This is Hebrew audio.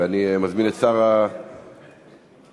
אני מזמין את שר, רוזנטל,